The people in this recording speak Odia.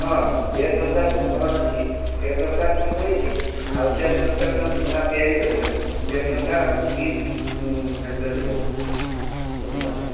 ହଁ ଯିଏ ସରକାର ବର୍ତ୍ତମାନ ଅଛି ସେ ସରକାର କ'ଣ କରିଛି ଆଉ ଯିଏ ସରକାରକୁ ଆମେ ନୂଆ ତିଆରି କରିବା ସେ ସରକାର ଆମକୁ କି ଫ୍ୟାସିଲିଟି ଦେବ ବୁଝିପାରିଲ